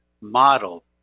model